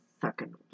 second